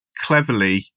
cleverly